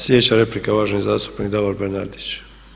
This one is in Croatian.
Sljedeća replika, uvaženi zastupnik Davor Bernardić.